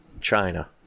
China